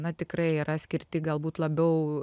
na tikrai yra skirti galbūt labiau